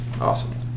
awesome